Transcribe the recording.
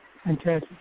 Fantastic